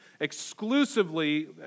exclusively